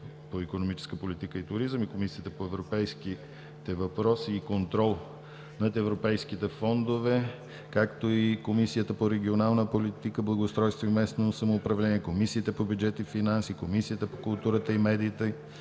по икономическа политика и туризъм, Комисията по европейските въпроси и контрол на европейските фондове, Комисията по регионална политика, благоустройство и местно самоуправление, Комисията по бюджет и финанси, Комисията по културата и медиите,